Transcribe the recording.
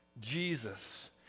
jesus